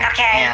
Okay